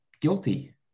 guilty